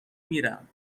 میرم